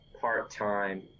part-time